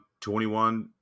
21